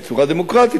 בצורה דמוקרטית,